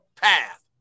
path